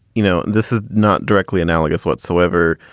you know, this is not directly analogous whatsoever.